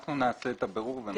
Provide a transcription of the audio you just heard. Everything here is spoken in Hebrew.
אנחנו נעשה את הבירור ונחזור.